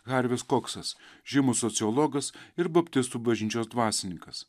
harvis koksas žymus sociologas ir baptistų bažnyčios dvasininkas